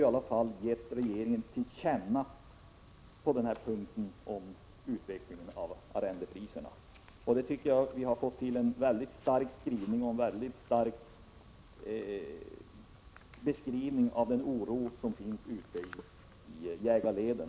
Utskottet vill ju ge regeringen till känna vad utskottet har anfört om utvecklingen av arrendepriserna. Det är en stark skrivning och en bra beskrivning av oron ute i jägarleden.